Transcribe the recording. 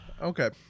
Okay